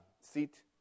seat